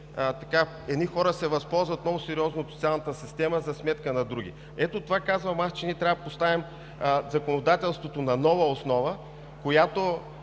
едни хора се възползват много сериозно от социалната система за сметка на други. Ето затова, казвам аз, че ние трябва да поставим законодателството на нова основа, при която